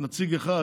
נציג אחד,